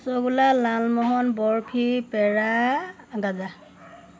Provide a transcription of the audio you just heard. rasgulla lalmohan barfi pera গাজা